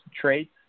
traits